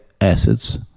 assets